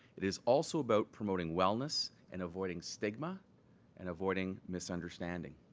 it is also about promoting wellness and avoiding stigma and avoiding misunderstanding.